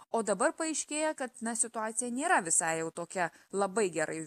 o dabar paaiškėja kad na situacija nėra visai jau tokia labai gerai